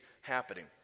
happening